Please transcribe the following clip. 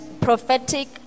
prophetic